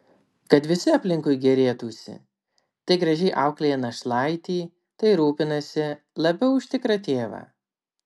kad visi aplinkui gėrėtųsi tai gražiai auklėja našlaitį tai rūpinasi labiau už tikrą tėvą